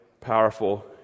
powerful